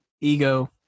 Ego